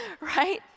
right